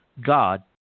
God